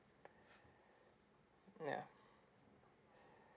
ya